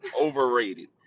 Overrated